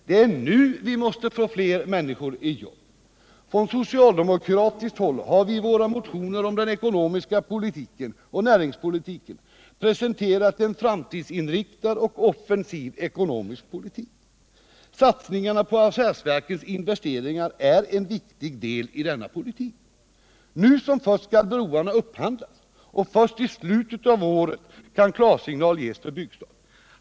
Det är nu vi måste få fler människor i jobb. Från socialdemokratiskt håll har vi i våra motioner om den ekonomiska politiken och näringspolitiken presenterat en framtidsinriktad och offensiv ekonomisk politik. Satsningarna på affärsverkens investeringar är en viktig del i denna politik. Nu som först skall broarna upphandlas, och inte förrän i slutet av året kan klarsignal ges för byggande.